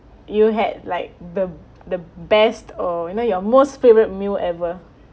you had like the the best or you know your most favourite meal ever